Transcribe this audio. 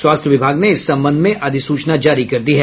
स्वास्थ्य विभाग ने इस संबंध में अधिसूचना जारी कर दी है